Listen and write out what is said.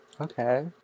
Okay